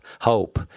hope